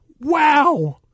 Wow